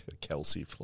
Kelsey